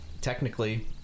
technically